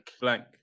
blank